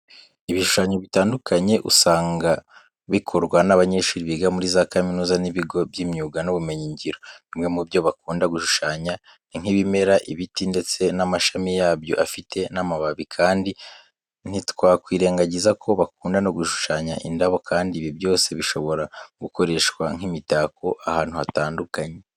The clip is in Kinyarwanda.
Ibishushanyo bitandukanye usanga bikorwa n'abanyeshuri biga muri za kaminuza n'ibigo by'imyuga n'ubumenyingiro. Bimwe mu byo bakunda gushushanya ni nk'ibimera, ibiti ndetse n'amashami yabyo afite n'amababi kandi ntitwakwirengagiza ko bakunda no gushushanya indabo kandi ibi byose bishobora gukoreshwa nk'imitako ahantu hatandukanye.